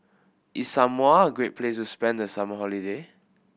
is Samoa a great place to spend the summer holiday